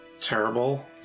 terrible